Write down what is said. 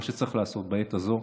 מה שצריך לעשות בעת הזאת,